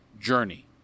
Journey